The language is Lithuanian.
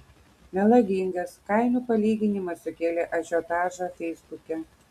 melagingas kainų palyginimas sukėlė ažiotažą feisbuke